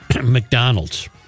mcdonald's